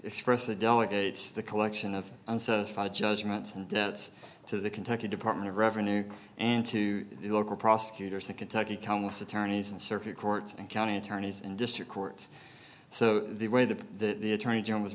express the delegates the collection of unsatisfied judgments and debts to the kentucky department of revenue and to the local prosecutors in kentucky countless attorneys and circuit courts and county attorneys and district courts so the way the that the attorney general was